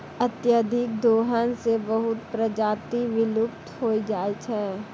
अत्यधिक दोहन सें बहुत प्रजाति विलुप्त होय जाय छै